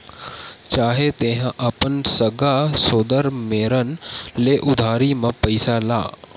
चाहे तेंहा अपन सगा सोदर मेरन ले उधारी म पइसा ला